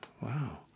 wow